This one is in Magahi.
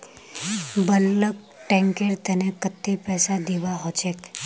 बल्क टैंकेर तने कत्ते पैसा दीबा ह छेक